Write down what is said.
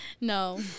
no